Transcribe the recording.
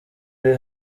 uri